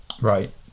Right